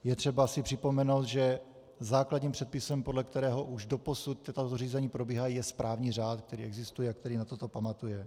Je třeba si připomenout, že základním předpisem, podle kterého už doposud řízení probíhají, je správní řád, který existuje a který na toto pamatuje.